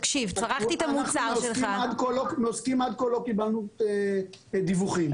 צרכתי את המוצר שלך --- עד כה לא קיבלנו דיווחים מעוסקים.